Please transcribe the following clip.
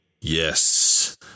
Yes